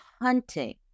hunting